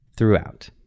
throughout